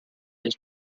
del